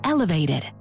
Elevated